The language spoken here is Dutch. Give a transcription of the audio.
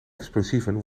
explosieven